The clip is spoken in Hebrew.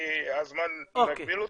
כי הזמן מגביל אותי.